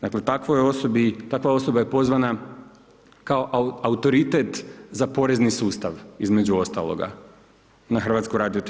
Dakle, takva osoba je pozvana kao autoritet za porezni sustav, između ostaloga, na HRT.